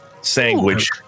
sandwich